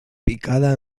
picada